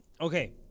Okay